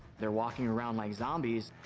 they're walking around like zombies.